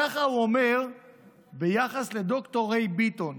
ככה הוא אומר ביחס לד"ר ריי ביטון,